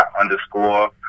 underscore